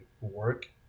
work